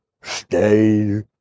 stay